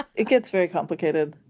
it gets very complicated.